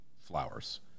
flowers